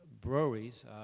breweries